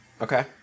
Okay